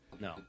No